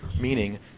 meaning